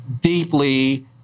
deeply